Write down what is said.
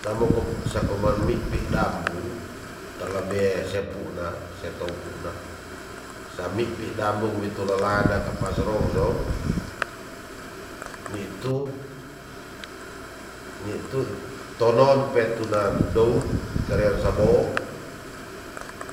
Sa mo ko sa koman mi pi dambung terlebe sepuna setou puna sami pi dambung witu lalana kapa sorongsog nitu ni tonon petu nanendout karia sabong